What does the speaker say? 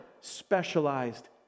specialized